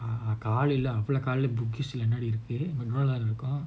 ஆன்காலைலகாலைல:aan kalaila kalaila bugis என்னடிஇருக்கு:ennadi irukku